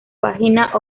página